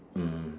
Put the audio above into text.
mm